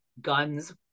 guns